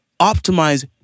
optimize